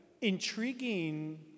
intriguing